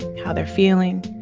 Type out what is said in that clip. how they're feeling,